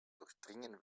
durchdringen